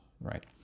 right